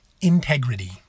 integrity